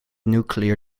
nuclear